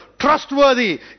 trustworthy